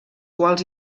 quals